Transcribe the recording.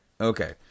Okay